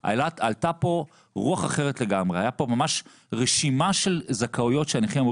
יהיה עניין של פרשנות.